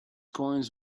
coins